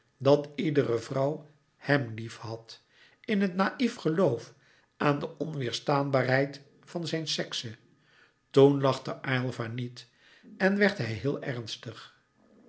dat iedere vrouw hem liefhad in het naïef geloof aan de onweêrstaanbaarheid van zijn sekse toen lachte aylva niet en werd hij heel ernstig